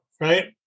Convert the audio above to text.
right